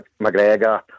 McGregor